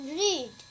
read